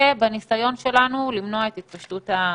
בניסיון שלנו למנוע את התפשטות הנגיף.